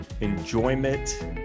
enjoyment